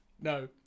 No